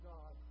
God